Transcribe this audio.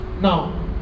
now